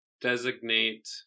designate